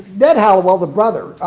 ned hallowell, the brother,